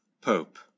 pope